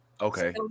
Okay